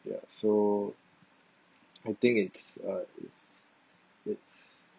ya so I think it's uh it's it's